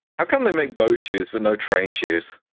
how come they make boat shoes but no train shoes?